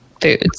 foods